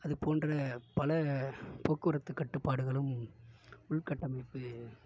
அது போன்ற பல போக்குவரத்துக் கட்டுப்பாடுகளும் உள்கட்டமைப்பு